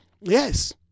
yes